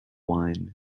wine